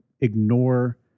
ignore